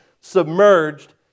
submerged